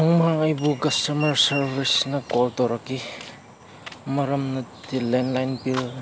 ꯃꯃꯥꯡ ꯑꯩꯕꯨ ꯀꯁꯇꯃꯔ ꯁꯥꯔꯕꯤꯁꯅ ꯀꯣꯜ ꯇꯧꯔꯛꯏ ꯃꯔꯝꯗꯤ ꯂꯦꯟꯂꯥꯏꯟ ꯕꯤꯜ